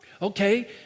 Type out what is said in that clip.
okay